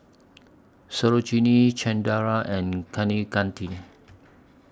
Sarojini Chengara and Kaneganti